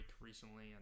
recently